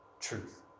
truth